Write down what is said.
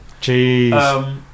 Jeez